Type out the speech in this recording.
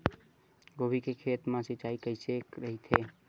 गोभी के खेत मा सिंचाई कइसे रहिथे?